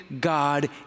God